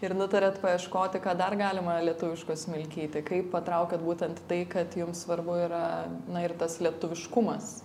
ir nutarėt paieškoti ką dar galima lietuviško smilkyti kaip patraukėt būtent į tai kad jums svarbu yra na ir tas lietuviškumas